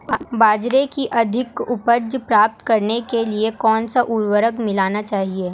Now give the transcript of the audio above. बाजरे की अधिक उपज प्राप्त करने के लिए कौनसा उर्वरक मिलाना चाहिए?